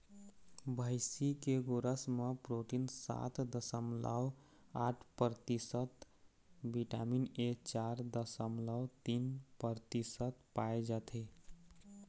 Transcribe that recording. भइसी के गोरस म प्रोटीन सात दसमलव आठ परतिसत, बिटामिन ए चार दसमलव तीन परतिसत पाए जाथे